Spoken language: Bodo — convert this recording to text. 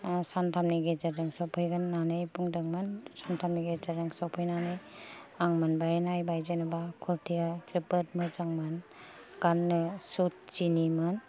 सानथामनि गेजेरजों सफैगोन होननानै बुंदोंमोन सानथामनि गेजेरजों सफैनानै आं मोनबाय नायबाय जेनबा कुरथिया जोबोद मोजां मोन गाननो सचटिनिमोन